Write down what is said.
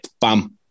bam